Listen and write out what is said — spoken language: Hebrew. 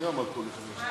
מי עמד פה לפני?